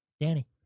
Danny